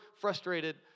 frustrated